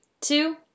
two